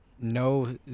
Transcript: no